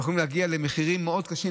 יכולים להגיע למחירים מאוד גבוהים,